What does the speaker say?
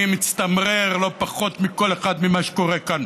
אני מצטמרר לא פחות מכל אחד ממה שקורה כאן